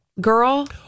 Girl